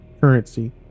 currency